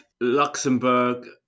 Luxembourg